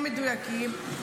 נהיה מדויקים,